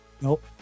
Nope